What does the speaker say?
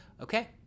okay